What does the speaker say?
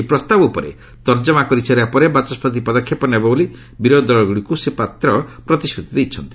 ଏହି ପ୍ରସ୍ତାବ ଉପରେ ତର୍ଜମା କରିସାରିବା ପରେ ବାଚସ୍କତି ପଦକ୍ଷେପ ନେବେ ବୋଲି ବିରୋଧୀଦଳଗୁଡ଼ିକୁ ଶ୍ରୀ ପାତ୍ର ପ୍ରତିଶ୍ରୁତି ଦେଇଛନ୍ତି